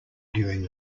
during